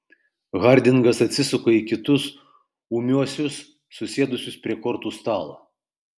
hardingas atsisuka į kitus ūmiuosius susėdusius prie kortų stalo